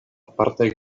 apartaj